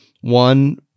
One